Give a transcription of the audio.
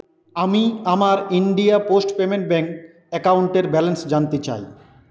আমি আমার India post payments bank অ্যাকাউন্টের ব্যালেন্স জানতে চাই